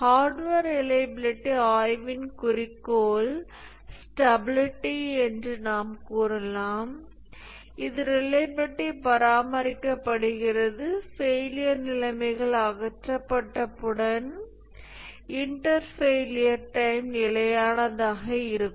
hardware reliability ஆய்வின் குறிக்கோள் stability என்று நாம் கூறலாம் இது ரிலையபிலிடி பராமரிக்கப்படுகிறது ஃபெயிலியர் நிலைமைகள் அகற்றப்பட்டவுடன் இன்டர் ஃபெயிலியர் டைம் நிலையானதாக இருக்கும்